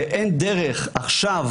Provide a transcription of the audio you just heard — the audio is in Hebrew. ואין דרך עכשיו,